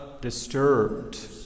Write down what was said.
disturbed